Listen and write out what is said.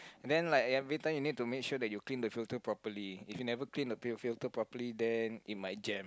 then like every time you need to make sure that you clean the filter properly if you never clean the filter properly then it might jam